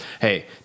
Hey